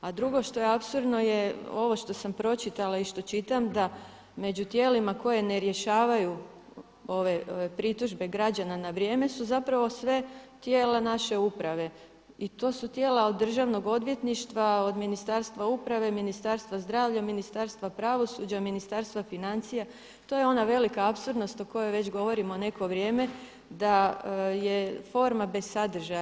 A drugo što je apsurdno je ovo što sam pročitala i što čitam da među tijelima koje ne rješavaju ove pritužbe građana na vrijeme su zapravo sve tijela naše uprave i to su tijela od državnog odvjetništva, od Ministarstva uprave, Ministarstva zdravlja, Ministarstva pravosuđa, Ministarstva financija, to je ona velika apsurdnost o kojoj već govorimo neko vrijeme da je forma bez sadržaja.